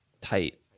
tight